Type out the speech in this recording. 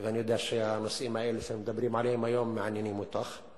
אני יודע שהנושאים האלה שמדברים עליהם היום מעניינים אותך.